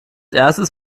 erstes